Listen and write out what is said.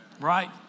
Right